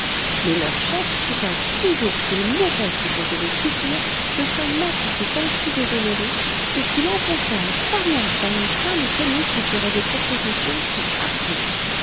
mais leur chef soutint toujours qu'il mourroit plutôt que de souffrir que son maître fût ainsi déshonoré et qu'il enfonceroit un poignard dans le sein de celui qui feroit des propositions si hardies